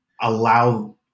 allow